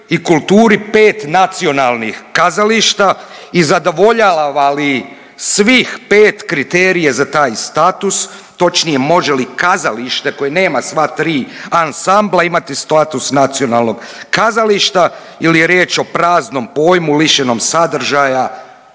i kulturi pet nacionalnih kazališta i zadovoljava li svih pet kriterija za taj status? Točnije, može li kazalište koje nema sva tri ansambla imati status nacionalnog kazališta ili je riječ o praznom pojmu lišenom sadržaja